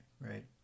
right